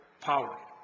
power